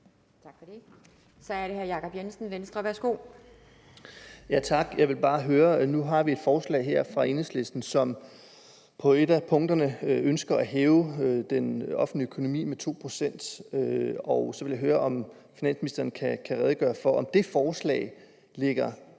Tak for det. Så er det hr. Jacob Jensen, Venstre. Værsgo. Kl. 13:06 Jacob Jensen (V): Tak. Nu har vi et forslag fra Enhedslisten, som på et af punkterne ønsker at øge den offentlige økonomi med 2 pct., så jeg vil bare høre, om finansministeren kan redegøre for, om det forslag ligger